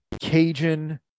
cajun